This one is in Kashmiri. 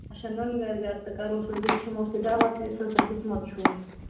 اچھا نُن گَر گَر تہِ کَرو بییہِ کھیٚمو سُہ دوا تہِ یُس حظ تۄہہِ دیُتمُت چھُو